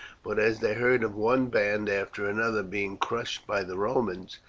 but as they heard of one band after another being crushed by the romans,